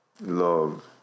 love